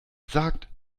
sagt